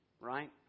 right